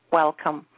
welcome